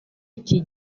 iki